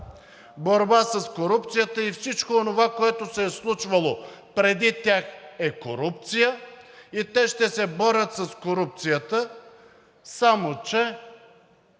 борба с корупцията, и всичко онова, което се е случвало преди тях, е корупция и те ще се борят с корупцията. Само че